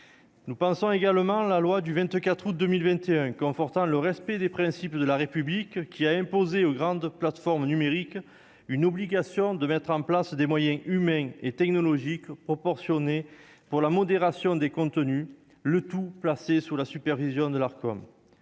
Nous pensons également à la loi n° 2021-1109 du 24 août 2021 confortant le respect des principes de la République, qui a imposé aux grandes plateformes numériques une obligation de moyens humains et technologiques proportionnés afin de modérer les contenus ; le tout est placé sous la supervision de l'Arcom.